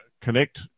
connect